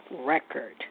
Record